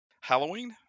Halloween